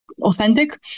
authentic